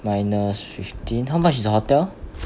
minus fifteen how much is the hotel